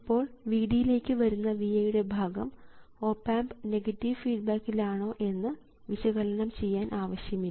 ഇപ്പോൾ Vd ലേക്ക് വരുന്ന Vi യുടെ ഭാഗം ഓപ് ആമ്പ് നെഗറ്റീവ് ഫീഡ്ബാക്കിൽ ആണോ എന്ന് വിശകലനം ചെയ്യാൻ ആവശ്യമില്ല